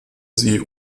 sie